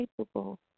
capable